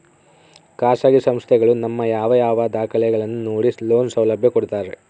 ಖಾಸಗಿ ಸಂಸ್ಥೆಗಳು ನಮ್ಮ ಯಾವ ಯಾವ ದಾಖಲೆಗಳನ್ನು ನೋಡಿ ಲೋನ್ ಸೌಲಭ್ಯ ಕೊಡ್ತಾರೆ?